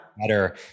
better